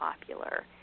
popular